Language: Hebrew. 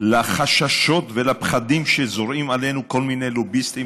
לחששות ולפחדים שזורים עלינו כל מיני לוביסטים,